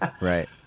right